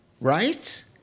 right